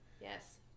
Yes